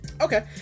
okay